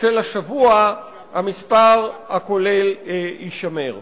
של השבוע המספר הכולל יישמר.